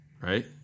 right